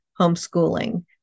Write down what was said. homeschooling